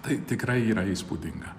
tai tikrai yra įspūdinga